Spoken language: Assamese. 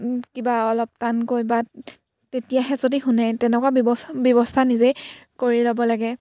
কিবা অলপ টানকৈ বা তেতিয়াহে যদি শুনে তেনেকুৱা ব্যৱস্থা ব্যৱস্থা নিজেই কৰি ল'ব লাগে